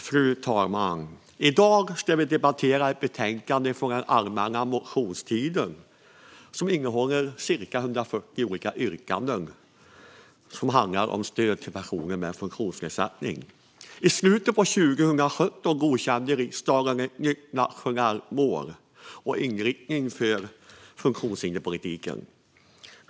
Fru talman! I dag ska vi debattera ett betänkande från allmänna motionstiden som innehåller cirka 140 olika yrkanden rörande stöd till personer med funktionsnedsättning. I slutet av 2017 godkände riksdagen ett nytt nationellt mål och en ny inriktning för funktionshinderspolitiken.